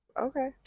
Okay